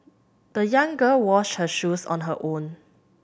the young girl washed her shoes on her own